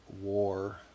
war